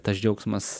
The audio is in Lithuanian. tas džiaugsmas